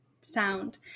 sound